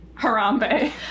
Harambe